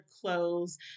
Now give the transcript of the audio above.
clothes